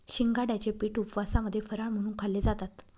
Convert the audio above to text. शिंगाड्याचे पीठ उपवासामध्ये फराळ म्हणून खाल्ले जातात